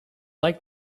like